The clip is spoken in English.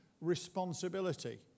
responsibility